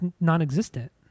non-existent